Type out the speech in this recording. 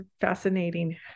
fascinating